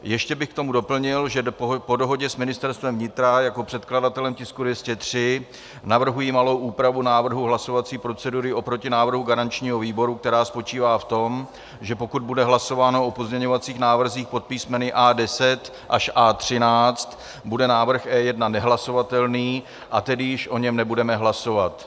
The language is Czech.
Ještě bych k tomu doplnil, že po dohodě s Ministerstvem vnitra jako předkladatelem tisku 203 navrhuji malou úpravu návrhu hlasovací procedury oproti návrhu garančního výboru, která spočívá v tom, že pokud bude hlasováno o pozměňovacích návrzích pod písmeny A10 až A13, bude návrh E1 nehlasovatelný, a tedy již o něm nebudeme hlasovat.